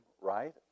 right